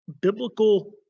biblical